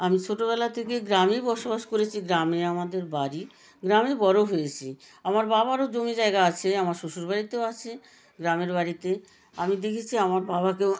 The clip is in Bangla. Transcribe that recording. আমি ছোটোবেলা থেকে গ্রামে বসবাস করেছি গ্রামে আমাদের বাড়ি গ্রামের বড়ো হয়েছি আমার বাবারও জমি জায়গা আছে আমার শ্বশুর বাড়িতেও আছে গ্রামের বাড়িতে আমি দেখেছি আমার বাবাকেও